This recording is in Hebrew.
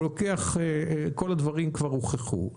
כל הדברים כבר הוכחו,